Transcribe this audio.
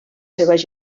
seves